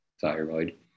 thyroid